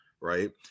right